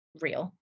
real